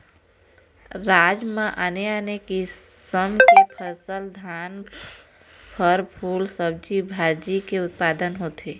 राज म आने आने किसम की फसल, धान, फर, फूल, सब्जी भाजी के उत्पादन होथे